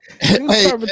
Hey